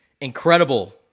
Incredible